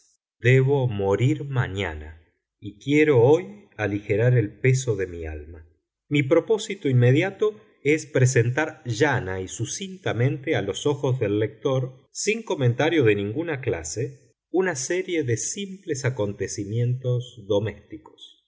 debo morir mañana y quiero hoy aligerar el peso de mi alma mi propósito inmediato es presentar llana y sucintamente a los ojos del lector sin comentario de ninguna clase una serie de simples acontecimientos domésticos